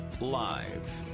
Live